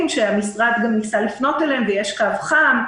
שהמשרד גם ניסה לפנות אליהם ויש קו חם,